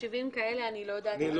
תחשיבים כאלה אני לא יודעת לומר.